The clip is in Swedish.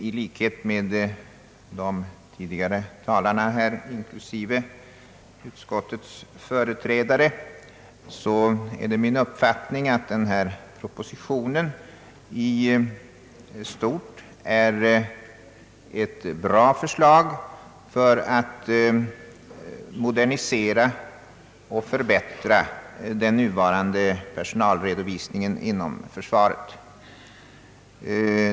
I likhet med de tidigare talarna, inklusive utskottets företrädare, anser jag att denna proposition i stort är ett bra förslag för en modernisering och förbättring av den nuvarande personalredovisningen inom försvaret.